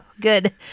good